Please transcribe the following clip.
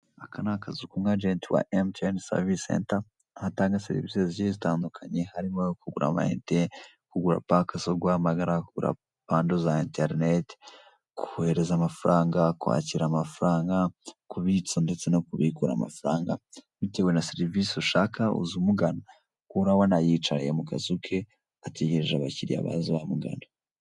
Aka ni akazu k'umwajenti wa serivise senta, aho atanga serivise zigiye zitandukanye, harimo kugura amayinite , kugura paka zo guhamagara, kugura bando za interineti, kohereza amafaranga, kwakira amafaranga , kubitsa ndetse no kubikura amafaranga bitewe naserivise ushaka uza umugana serivise kuko urabona yiyicaye mu kazu ke ategereje abakiriya baza bamugana